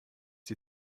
die